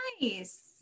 nice